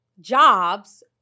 jobs